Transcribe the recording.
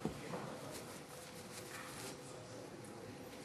(חברי הכנסת מכבדים בקימה את צאת נשיא המדינה מאולם